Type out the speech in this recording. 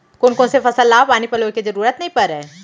कोन कोन से फसल ला पानी पलोय के जरूरत नई परय?